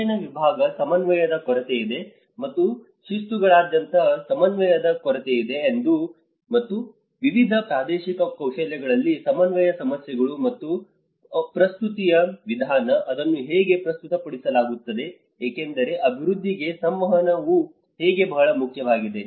ಅಧ್ಯಯನ ವಿಭಾಗ ಸಮನ್ವಯದ ಕೊರತೆಯಿದೆ ಮತ್ತು ಶಿಸ್ತುಗಳಾದ್ಯಂತ ಸಮನ್ವಯದ ಕೊರತೆಯಿದೆ ಮತ್ತು ವಿವಿಧ ಪ್ರಾದೇಶಿಕ ಕೌಶಲ್ಯಗಳಲ್ಲಿ ಸಮನ್ವಯ ಸಮಸ್ಯೆಗಳು ಮತ್ತು ಪ್ರಸ್ತುತಿಯ ವಿಧಾನ ಅದನ್ನು ಹೇಗೆ ಪ್ರಸ್ತುತಪಡಿಸಲಾಗುತ್ತದೆ ಏಕೆಂದರೆ ಅಭಿವೃದ್ಧಿಗೆ ಸಂವಹನವು ಹೇಗೆ ಬಹಳ ಮುಖ್ಯವಾಗಿದೆ